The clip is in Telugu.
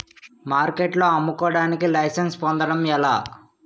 మార్కెట్లో అమ్ముకోడానికి లైసెన్స్ పొందడం ఎలా?